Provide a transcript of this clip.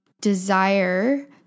desire